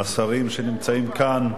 השרים שנמצאים כאן,